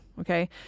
okay